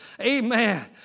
Amen